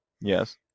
Yes